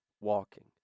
walking